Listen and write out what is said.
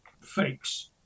fakes